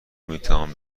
میتوان